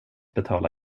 betala